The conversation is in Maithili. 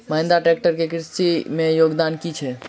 महेंद्रा ट्रैक्टर केँ कृषि मे की योगदान छै?